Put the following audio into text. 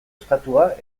estatua